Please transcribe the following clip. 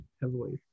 heavily